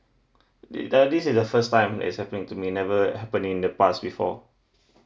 this uh this is the first time it's happening to me never happened in the past before